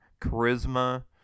charisma